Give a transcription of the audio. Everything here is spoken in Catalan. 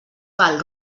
val